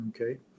Okay